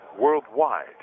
worldwide